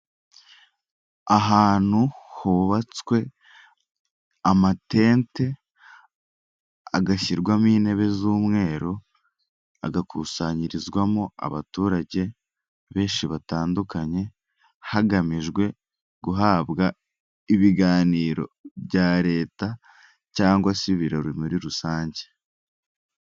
Ahantu hubatswe ama tente agashyirwamo intebe z'umweru agakusanyirizwamo abaturage benshi batandukanye, hagamijwe guhabwa ibiganiro bya leta cyangwa se ibirori muri rusange.